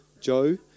Joe